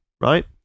Right